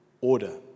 order